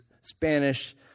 Spanish